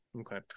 Okay